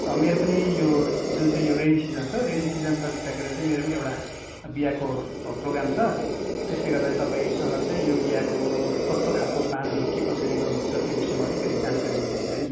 मेरो पनि यो जुन चाहिँ यो रेनी सिजन छ रेनी सिजन सकिसकेर चाहिँ मेरो पनि एउटा बिहाको प्रोगाम छ त्यसले गर्दाखेरि तपाईँसँग चाहिँ यो बिहाको कस्तो खालको प्लानहरू के कसरी गर्नु हुन्छ त्यो विषयमा अलिकति जानकारी लिनु थियो र नि